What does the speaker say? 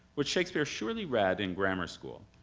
which shakespeare surely read in grammar school,